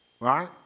right